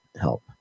help